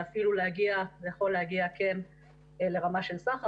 להפעיל ולהגיע לרמה של סחר,